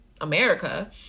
America